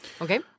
Okay